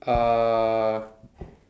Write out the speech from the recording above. uh